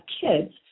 kids